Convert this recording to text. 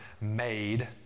made